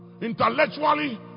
intellectually